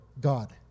God